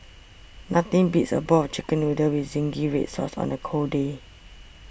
nothing beats a bowl of Chicken Noodles with Zingy Red Sauce on a cold day